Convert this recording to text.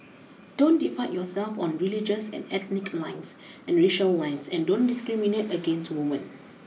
don't divide yourself on religious and ethnic lines and racial lines and don't discriminate against women